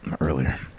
earlier